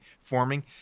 forming